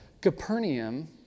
Capernaum